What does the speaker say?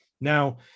Now